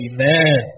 Amen